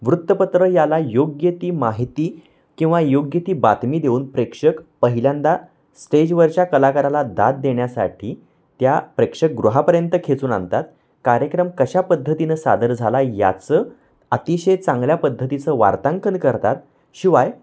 वृत्तपत्र याला योग्य ती माहिती किंवा योग्य ती बातमी देऊन प्रेक्षक पहिल्यांदा स्टेजवरच्या कलाकाराला दाद देण्यासाठी त्या प्रेक्षकगृहापर्यंत खेचून आणतात कार्यक्रम कशा पद्धतीनं सादर झाला याचं अतिशय चांगल्या पद्धतीचं वार्तांकन करतात शिवाय